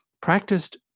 practiced